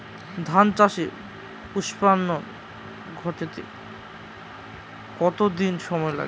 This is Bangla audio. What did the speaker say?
ধান চাষে পুস্পায়ন ঘটতে কতো দিন সময় লাগে?